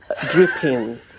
dripping